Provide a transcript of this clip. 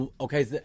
Okay